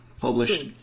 Published